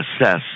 assess